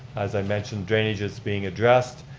as i mentioned, drainage is being addressed.